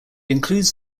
includes